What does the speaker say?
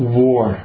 war